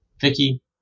Vicky